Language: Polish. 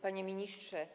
Panie Ministrze!